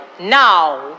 Now